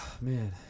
Man